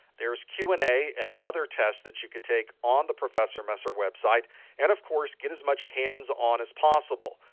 there is q and a and other tests that you could take on the professor messer website and, of course, get as much hands on as possible.